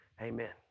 Amen